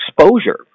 exposure